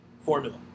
formula